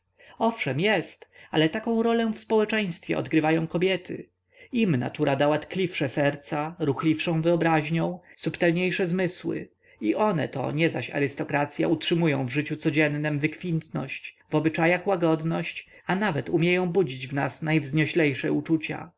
owszem jest ale taką rolę w społeczeństwie odgrywają kobiety im natura dała tkliwsze serca ruchliwszą wyobraźnią subtelniejsze zmysły i one to nie zaś arystokracya utrzymują w życiu codziennem wykwintność w obyczajach łagodność a nawet umieją budzić w nas najwznioślejsze uczucia